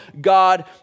God